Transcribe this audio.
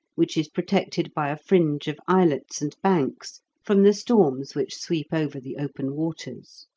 which is protected by a fringe of islets and banks from the storms which sweep over the open waters.